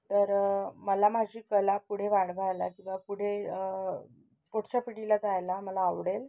तर मला माझी कला पुढे वाढवायला किंवा पुढे पुढच्या पिढीला द्यायला मला आवडेल